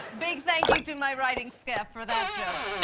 big thank you to my writing staff for that joke.